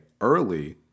early